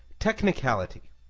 technicality,